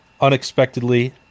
unexpectedly